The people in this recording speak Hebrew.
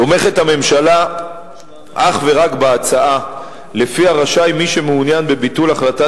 הממשלה תומכת אך ורק בהצעה שלפיה רשאי מי שמעוניין בביטול החלטת